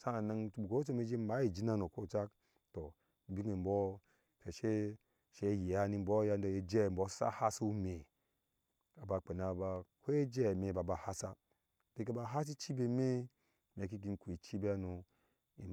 sanan bu gwo ocui me ji maa injin ano kocak tɔɔ binne mbɔɔ bɔɔ kese se yea ni mbɔɔ yadda ejɛmbo asa hasiwime aba kpena ba ko ejɛme a ba bahasa biki bz hsaii cibime me kigi ku cibi hano im.